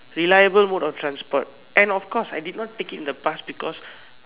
reliable mode of transport and of course I did not take it in the past because